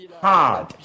hard